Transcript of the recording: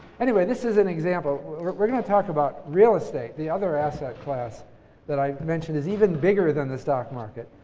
anyway, this is an example. we're going to talk about real estate, the other asset class that i've mentioned, which is even bigger than the stock market,